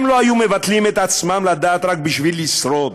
הם לא היו מבטלים את עצמם לדעת רק בשביל לשרוד.